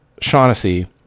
Shaughnessy